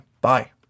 Bye